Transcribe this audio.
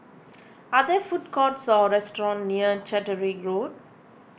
are there food courts or restaurants near Catterick Road